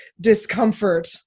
discomfort